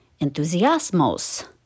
enthusiasmos